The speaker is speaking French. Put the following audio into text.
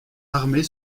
armée